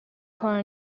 کار